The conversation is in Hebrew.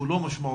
שהוא לא משמעותי